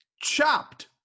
Chopped